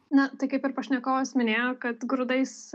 na tai kaip ir pašnekovas minėjo kad grūdais